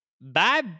Bye